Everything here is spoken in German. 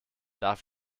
darf